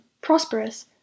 prosperous